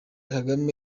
kagame